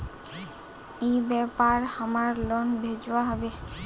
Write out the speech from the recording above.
ई व्यापार हमार लोन भेजुआ हभे?